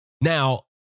Now